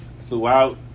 throughout